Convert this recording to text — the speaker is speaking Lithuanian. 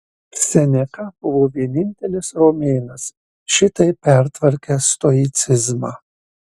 seneka buvo vienintelis romėnas šitaip pertvarkęs stoicizmą